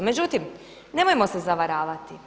Međutim, nemojmo se zavaravati.